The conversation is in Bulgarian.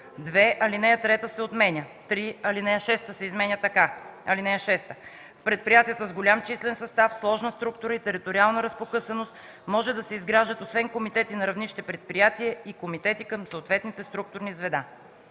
2. Aлинея 3 се отменя. 3. Aлинея 6 се изменя така: „(6) В предприятията с голям числен състав, сложна структура и териториална разпокъсаност може да се изграждат освен комитети на равнище предприятие и комитети към съответните структурни звена.”